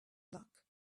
luck